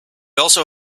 also